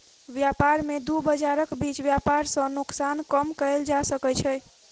व्यापार में दू बजारक बीच व्यापार सॅ नोकसान कम कएल जा सकै छै